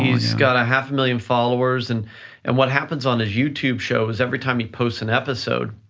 he's got a half a million followers and and what happens on his youtube shows, every time you posts an episode,